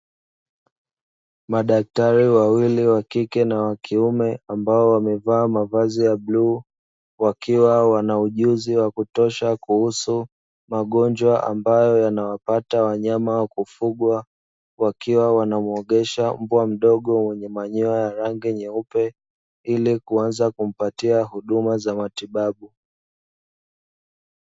Madaktari wawili wakike na wakiume ambao wamevaa mavazi ya bluu wakiwa wana ujuzi wa kutosha kuhusu magonjwa ambayo yanawapata wanyama wa kufugwa, wakiwa wanamwogesha mbwa mdogo mwenye manyoya ya rangi nyeupe ili kuanza kumpatia huduma za matibabu.